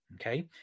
okay